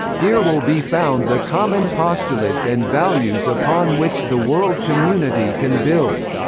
here will be found the common postulates and values upon which the world community can build.